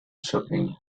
shopping